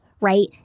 right